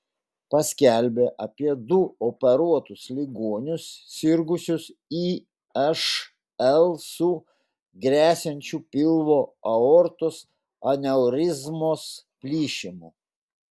paskelbė apie du operuotus ligonius sirgusius išl su gresiančiu pilvo aortos aneurizmos plyšimu